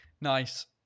Nice